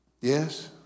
Yes